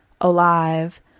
alive